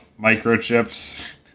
microchips